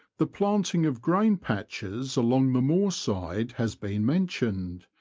the planting of grain patches along the moor-side has been mentioned,